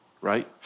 right